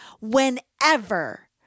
whenever